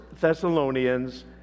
Thessalonians